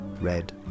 red